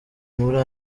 muri